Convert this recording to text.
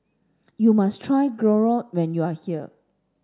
you must try Gyro when you are here